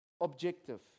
Objective